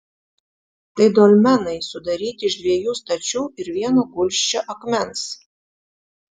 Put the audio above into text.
tai dolmenai sudaryti iš dviejų stačių ir vieno gulsčio akmens